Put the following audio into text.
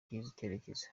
icyerekezo